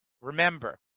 Remember